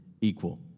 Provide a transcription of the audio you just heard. equal